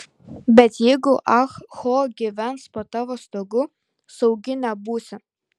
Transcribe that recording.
bet jeigu ah ho gyvens po tavo stogu saugi nebūsi